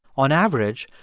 on average,